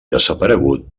desaparegut